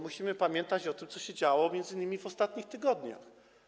Musimy pamiętać o tym, co się działo m.in. w ostatnich tygodniach.